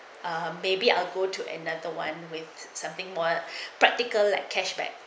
ah maybe I'll go to another one with something more practical like cashback